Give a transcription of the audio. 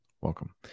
Welcome